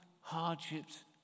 hardships